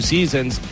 Seasons